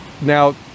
Now